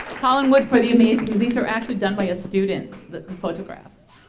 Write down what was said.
collin wood for the amazing these are actually done by a student's the photographs.